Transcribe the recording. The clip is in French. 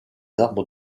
arbres